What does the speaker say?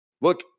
look